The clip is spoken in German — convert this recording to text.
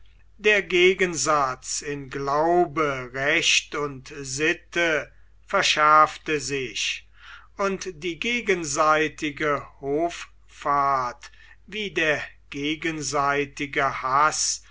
der gegensatz in glaube recht und sitte verschärfte sich und die gegenseitige hoffart wie der gegenseitige haß